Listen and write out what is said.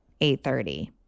8.30